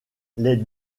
les